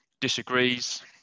disagrees